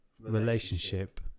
relationship